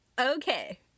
Okay